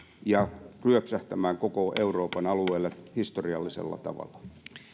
ja ryöpsähtämiseksi koko euroopan alueelle historiallisella tavalla